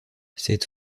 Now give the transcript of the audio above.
cette